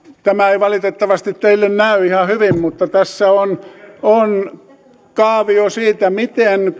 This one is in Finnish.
tämä ei valitettavasti teille näy ihan hyvin mutta tässä on on kaavio siitä miten